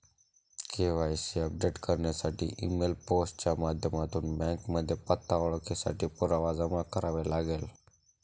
KYC update करण्यासाठी email, post च्या माध्यमातून बँकेमध्ये पत्ता, ओळखेसाठी पुरावा जमा करावे लागेल